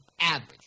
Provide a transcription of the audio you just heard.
average